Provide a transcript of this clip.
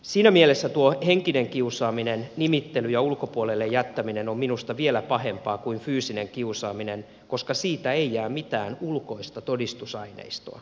siinä mielessä tuo henkinen kiusaaminen nimittely ja ulkopuolelle jättäminen on minusta vielä pahempaa kuin fyysinen kiusaaminen koska siitä ei jää mitään ulkoista todistusaineistoa